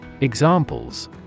Examples